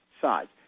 sides